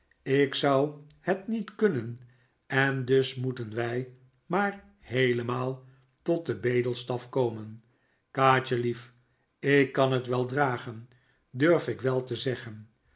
ik zou het niet kunnen en dus moeten wij maar heelemaal tot den bedelstaf komen kaatjelief ik kan het wel dragen durf ik wel te zeggen